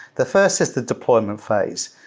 the first is the deployment phase.